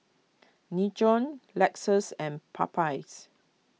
Nin Jiom Lexus and Popeyes